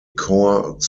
korps